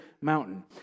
mountain